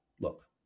Look